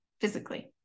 physically